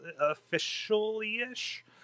officially-ish